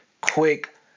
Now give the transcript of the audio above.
quick